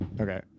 Okay